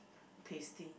tasty